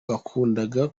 bakundaga